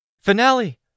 Finale